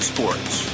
Sports